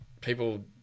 people